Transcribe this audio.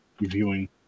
Reviewing